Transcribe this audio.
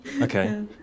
Okay